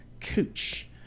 Cooch